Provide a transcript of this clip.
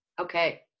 Okay